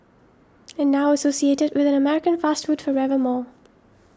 and now associated with an American fast food forever more